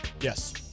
Yes